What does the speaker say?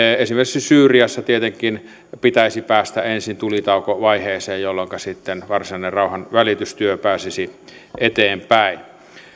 esimerkiksi syyriassa tietenkin pitäisi päästä ensin tulitaukovaiheeseen jolloinka sitten varsinainen rauhanvälitystyö pääsisi eteenpäin